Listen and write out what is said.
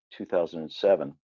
2007